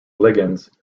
ligands